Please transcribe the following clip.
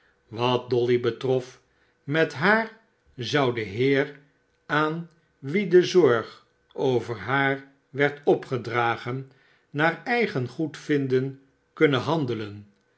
wat dolly betrof met haar zou de heer aan wien de zorg over haar werd opgedragen naar eigen goedvinden kunnen handelen